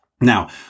Now